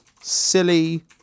silly